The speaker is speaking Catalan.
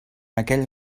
aquell